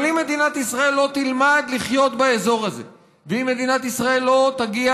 אבל אם מדינת ישראל לא תלמד לחיות באזור הזה ואם מדינת ישראל לא תגיע